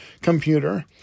computer